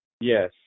yes